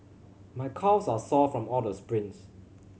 my calves are sore from all the sprints